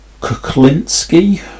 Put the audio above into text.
Kuklinski